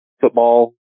football